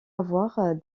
avoir